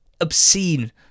obscene